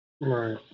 Right